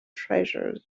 treasure